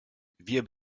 wir